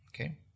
okay